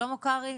שלמה קרעי,